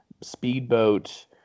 speedboat